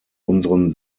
unseren